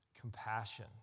compassion